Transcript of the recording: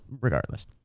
Regardless